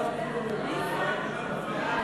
ההצעה להעביר את הצעת חוק פרסום מחירי מוצרים ברשתות שיווק,